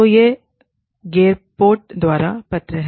तो यह गेरपोट द्वारा लिखा पत्र है